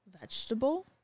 vegetable